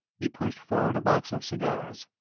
he pushed forward a box of cigars.